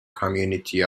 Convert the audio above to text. community